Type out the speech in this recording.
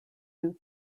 youth